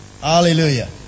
hallelujah